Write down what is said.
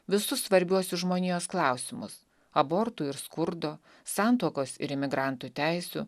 visus svarbiuosius žmonijos klausimus abortų ir skurdo santuokos ir imigrantų teisių